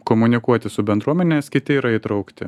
komunikuoti su bendruomene nes kiti yra įtraukti